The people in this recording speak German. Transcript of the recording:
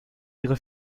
ihre